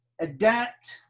adapt